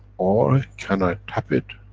or ah can i tap it,